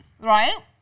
Right